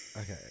Okay